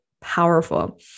powerful